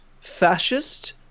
fascist